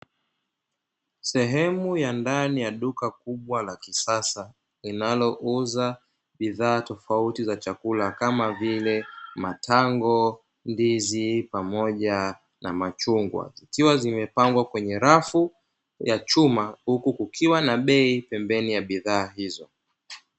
Sehemu ya ndani ya duka kubwa la kisasa linalouza bidhaa tofautitofauti za chakula kama vile: matango, ndizi pamoja na machungwa. Zikiwa zimepangwa kwenye rafu ya chuma huku kukiwa na bei pembeni ya bidhaa hizo.